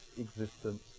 existence